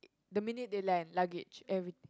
the minute they land luggage everything